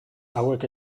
hauek